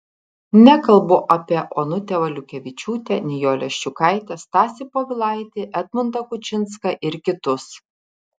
nekalbu apie onutę valiukevičiūtę nijolę ščiukaitę stasį povilaitį edmundą kučinską ir kitus